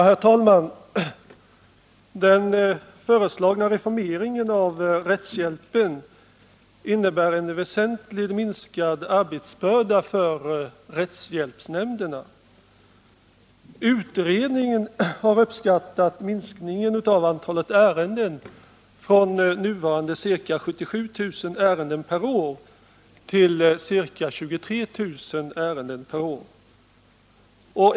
Herr talman! Den föreslagna reformeringen av rättshjälpen innebär en väsentligt minskad arbetsbörda för rättshjälpsnämnderna. Utredningen har uppskattat minskningen av antalet ärenden från nuvarande ca 77 000 per år till ca 23 000 ärenden per år.